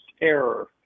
error